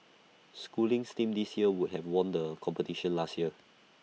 schooling's team this year would have won the competition last year